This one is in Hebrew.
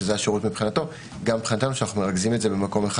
שזה השירות מבחינתו - גם מבחינתנו שאנו מרכזים את זה במקום אחד.